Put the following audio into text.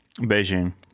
Beijing